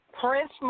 Prince